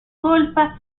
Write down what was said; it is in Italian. colpa